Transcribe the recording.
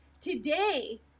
Today